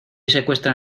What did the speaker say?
secuestran